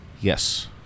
Yes